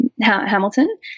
Hamilton